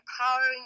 Empowering